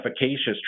efficacious